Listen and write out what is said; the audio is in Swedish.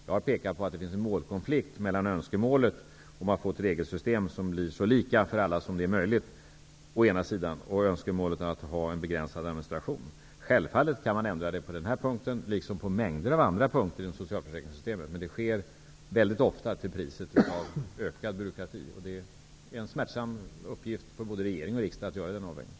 Jag har pekat på att det finns en målkonflikt mellan önskemålet om ett regelsystem som blir så lika för alla som möjligt å ena sidan och önskemålet om en begränsad administration å den andra. Självfallet kan man ändra socialförsäkringssystemet på den här punkten, liksom på mängder av andra punkter, men sådana förändringar sker väldigt ofta till priset av ökad byråkrati. Det är en smärtsam uppgift för både regering och riksdag att göra den avvägningen.